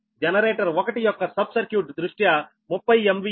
generator 1 యొక్క sub circuit దృష్ట్యా 30 MVA మరియు 6